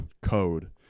code